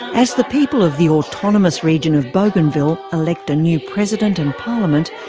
as the people of the autonomous region of bougainville elect a new president and parliament,